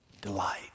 delight